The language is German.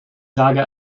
sage